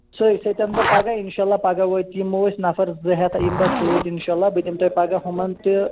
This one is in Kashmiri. سۄے سۄتہِ اَنہٕ بہٕ پگہہ انشاءاللہ پگہہ وٲتۍ یمو ٲسۍ نَفر زٕ ہیتھ یِمہٕ بہٕ سۭتۍ انشاءاللہ بہٕ دِمہٕ تۄہہِ پگہہ ہُمن تہِ